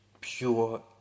pure